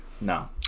No